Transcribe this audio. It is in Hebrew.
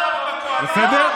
בסדר?